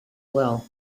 well